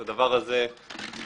הדבר הזה הוצג.